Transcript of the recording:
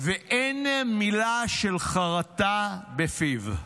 ואין מילה של חרטה בפיו.